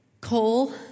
coal